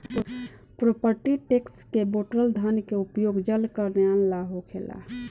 property tax से बिटोरल धन के उपयोग जनकल्यान ला होखेला